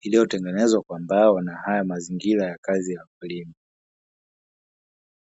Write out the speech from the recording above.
iliyotengenezwa kwa mbao na haya mazingira ya kazi ya kulima.